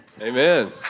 Amen